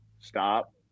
stop